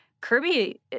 Kirby